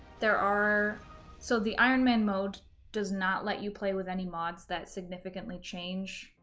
there are so, the ironman mode does not let you play with any mods that significantly change,